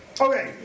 Okay